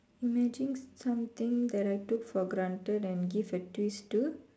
imagine something that I took for granted that I give a twist to